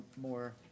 more